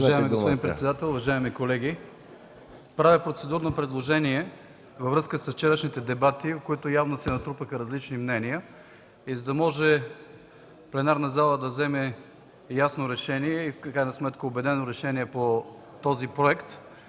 Уважаеми господин председател, уважаеми колеги! Правя процедурно предложение във връзка с вчерашните дебати, в които явно се натрупаха различни мнения, и за да може пленарната зала да вземе ясно и убедено решение по този проект,